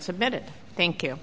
submitted thank you